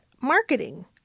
marketing